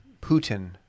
Putin